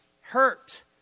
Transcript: hurt